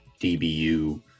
DBU